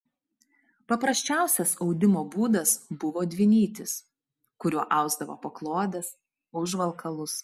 paprasčiausias audimo būdas buvo dvinytis kuriuo ausdavo paklodes užvalkalus